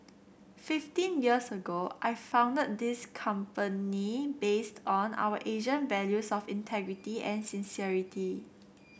fifteen years ago I founded this company based on our Asian values of integrity and sincerity